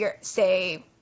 say